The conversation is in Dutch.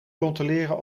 controleren